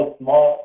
small